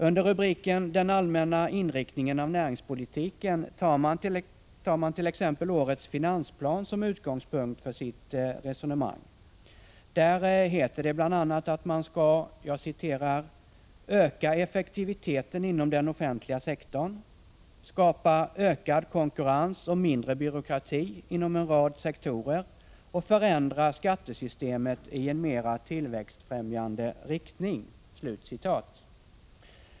Under rubriken Den allmänna inriktningen av näringspolitiken tar utskottet årets finansplan som utgångspunkt för sitt resonemang. Det heter bl.a. att man skall ”öka effektiviteten inom den offentliga sektorn, skapa ökad konkurrens och mindre byråkrati inom en rad sektorer samt förändra skattesystemet i en mera tillväxtbefrämjande riktning”.